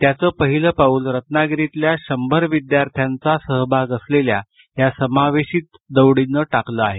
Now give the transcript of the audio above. त्याचं पहिलं पाऊल रत्नागिरीतल्या शंभर विद्यार्थ्यांचा सहभाग असलेल्या या समावेशित दौडीनं टाकलं गेलं आहे